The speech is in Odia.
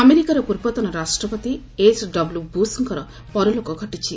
ଆମେରିକାର ପୂର୍ବତନ ରାଷ୍ଟ୍ରପତି ଏଚ୍ଡବ୍ୟୁବୁଶଙ୍କର ପରଲୋକ ଘଟିଛି